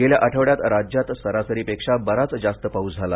गेल्या आठवड्यात राज्यात सरासरीपेक्षा बराच जास्त पाऊस झाला